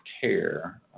care